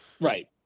right